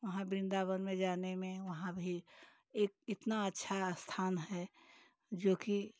वहाँ वृन्दावन जाने में वही एक इतना अच्छा स्थान है जोकि